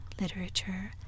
literature